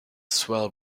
swell